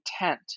intent